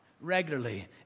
regularly